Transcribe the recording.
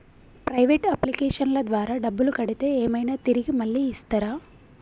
Private అప్లికేషన్ల ద్వారా డబ్బులు కడితే ఏమైనా తిరిగి మళ్ళీ ఇస్తరా?